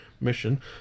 mission